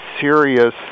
serious